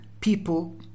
people